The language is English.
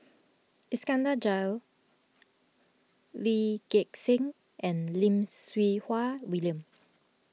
Iskandar Jalil Lee Gek Seng and Lim Siew Wai William